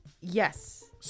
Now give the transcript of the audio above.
yes